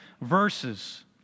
verses